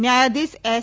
ન્યાયાધિશ એસ